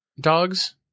dogs